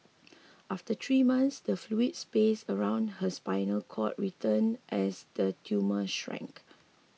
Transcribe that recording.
after three months the fluid space around her spinal cord returned as the tumour shrank